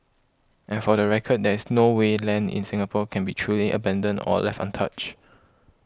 and for the record there is no way land in Singapore can be truly abandoned or left untouched